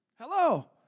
Hello